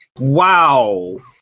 Wow